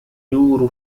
يورو